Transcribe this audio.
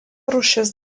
rūšis